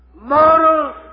moral